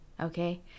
okay